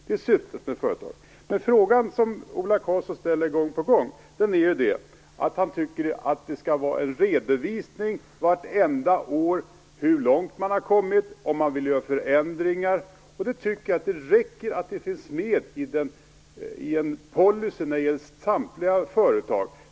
Det är syftet med statliga företag. Ola Karlsson tycker att det varje år skall ges en redovisning av hur långt man har kommit och om man vill göra förändringar. Jag tycker att det räcker att det finns med en policy när det gäller samtliga företag.